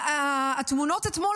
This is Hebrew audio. התמונות אתמול,